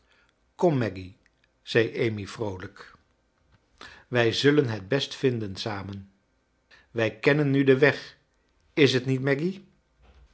maggy zei amy vrooiijk wij zullen het best vinden samen wij kennen nu den weg is t niet maggy